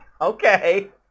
Okay